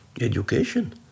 Education